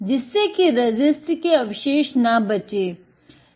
जिससे कि रेसिस्ट के अवशेष ना बचे है